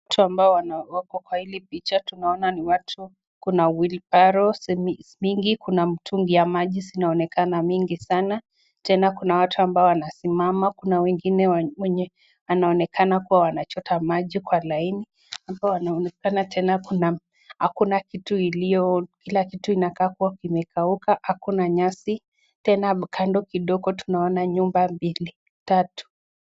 Watu ambao wako kwa hili picha tunaona ni watu kuna wilbaro mingi, kuna mitungi ya maji zinaonekana mingi sana. Tena kuna watu ambao wanasimama, kuna wengine wenye anaonekana kuwa wanachota maji kwa laini ambao wanaonekana tena hakuna kitu iliyo kila kitu inakaa kuwa kimekauka, hakuna nyasi. Tena kando kidogo tunaona nyumba mbili, tatu.